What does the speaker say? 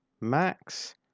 Max